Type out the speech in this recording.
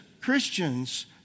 Christians